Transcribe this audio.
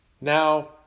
Now